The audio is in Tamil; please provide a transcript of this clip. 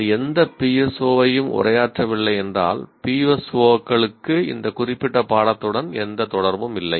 அது எந்த PSO ஐயும் உரையாற்றவில்லை என்றால் PSO களுக்கு இந்த குறிப்பிட்ட பாடத்துடன் எந்த தொடர்பும் இல்லை